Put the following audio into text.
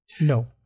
No